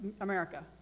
America